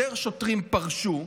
יותר שוטרים פרשו,